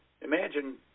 Imagine